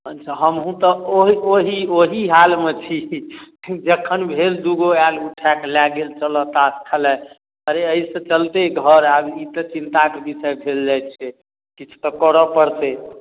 अच्छा हमहुँ तऽ ओहि ओहि ओहि हालमे छी जखन भेल दुगो आएल उठाय कऽ लै गेल चलऽ तास खेलै अरे एहिसँ चलतै घर आब ई तऽ चिन्ता कऽ विषय भेल जाइत छै किछु तऽ करऽ पड़तै